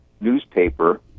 newspaper